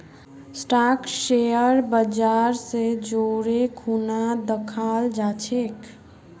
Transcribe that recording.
stock share बाजर स जोरे खूना दखाल जा छेक